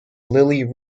lilly